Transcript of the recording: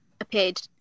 appeared